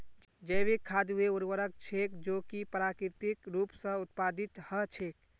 जैविक खाद वे उर्वरक छेक जो कि प्राकृतिक रूप स उत्पादित हछेक